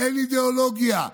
אין אידיאולוגיה.